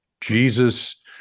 Jesus